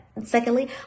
Secondly